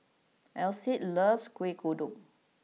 Alcide loves Kueh Kodok